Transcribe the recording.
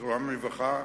זיכרונם לברכה,